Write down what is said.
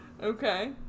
Okay